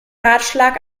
ratschlag